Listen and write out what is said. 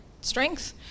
strength